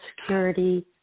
Security